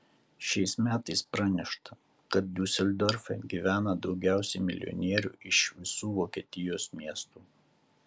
šiais metais pranešta kad diuseldorfe gyvena daugiausiai milijonierių iš visų vokietijos miestų